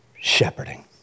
Shepherding